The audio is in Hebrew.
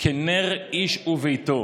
"כנר איש וביתו".